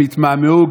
הם התמהמהו,